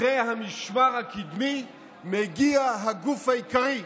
אחרי המשמר הקדמי מגיע הגוף העיקרי.